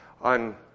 on